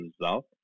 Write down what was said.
result